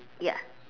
ya